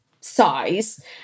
size